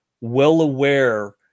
well-aware